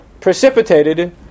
precipitated